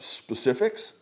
specifics